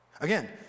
Again